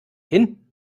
hin